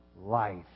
life